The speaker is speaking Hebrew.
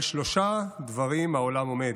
על שלושה דברים העולם עומד: